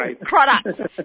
products